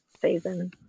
season